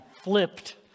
Flipped